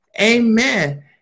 Amen